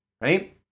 right